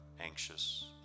anxious